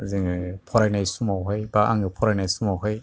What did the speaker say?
जोङो फरायनाय समावहाय बा आङो फरायनाय समावहाय